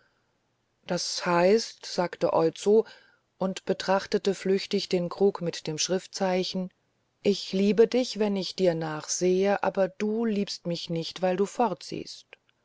das heißt sagte oizo und betrachtete flüchtig den krug mit dem schriftzeichen ich liebe dich wenn ich dir nachsehe aber du liebst mich nicht weil du fortsiehst